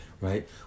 right